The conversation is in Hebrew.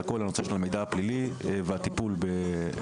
על כל הנושא של המידע הפלילי והטיפול בעבירות.